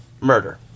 murder